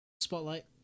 spotlight